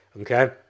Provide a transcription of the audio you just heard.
okay